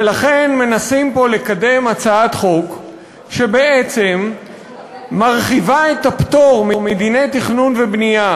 ולכן מנסים פה לקדם הצעת חוק שבעצם מרחיבה את הפטור מדיני תכנון ובנייה